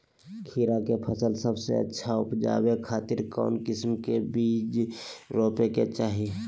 खीरा के फसल सबसे अच्छा उबजावे खातिर कौन किस्म के बीज रोपे के चाही?